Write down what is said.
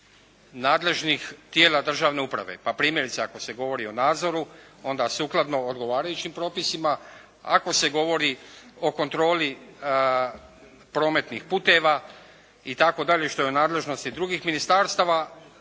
nadležnih tijela državne uprave. Pa primjerice ako se govori o nadzoru onda sukladno odgovarajućim propisima. Ako se govori o kontroli prometnih puteva itd., što je u nadležnosti drugih ministarstava